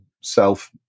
self